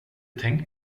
tänkt